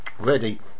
ready